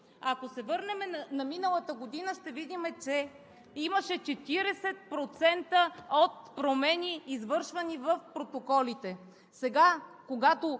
Ако се върнем на миналата година, ще видим, че имаше 40% от промени, извършвани в протоколите.